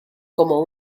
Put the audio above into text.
como